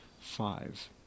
five